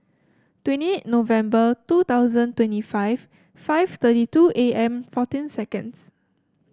twenty eight November two thousand twenty five five thirty two A M fourteen seconds